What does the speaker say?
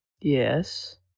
Yes